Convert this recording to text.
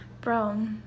bro